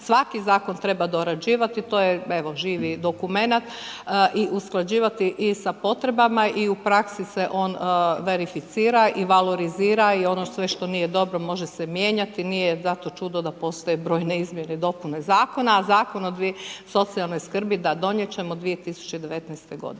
Svaki zakon treba dorađivati, to je evo živi dokumenat i usklađivati i sa potrebama i u praksi se on verificira i valorizira i ono sve što nije dobro može se mijenjati nije zato čudo da postoje brojne izmijene i dopune zakona, a Zakon o socijalnoj skrbi da donijet ćemo 2019. godine.